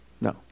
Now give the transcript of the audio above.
no